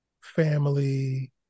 family